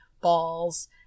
balls